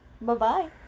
Bye-bye